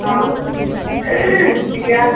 অ এতিয়া